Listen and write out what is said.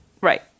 right